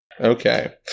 Okay